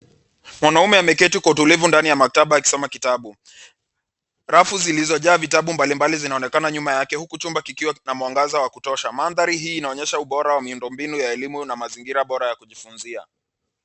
Mwanaume ameketi kwa utulivu ndani ya maktaba akisoma kitabu, rafu zilizojaa vitabu mbalimbali zinaonekana nyuma yake huku chumba kikiwa na mwangaza wa kutosha, mandhari hii inaonyesha ubora wa miundombinu ya elimu na mazingira bora ya kujifunzia.